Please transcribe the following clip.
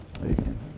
Amen